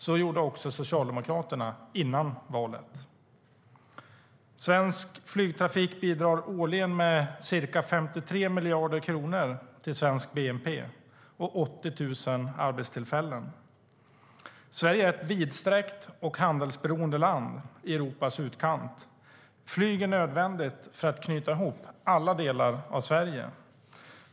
Det gjorde också Socialdemokraterna, före valet. Svensk flygtrafik bidrar årligen med ca 53 miljarder kronor till Sveriges bnp och 80 000 arbetstillfällen. Sverige är ett vidsträckt och handelsberoende land i Europas utkant. Flyg är nödvändigt för att knyta ihop alla delar av Sverige.